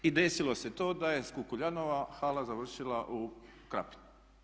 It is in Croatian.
I desilo se to da je s Kukuljanova hala završila u Krapini.